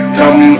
come